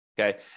Okay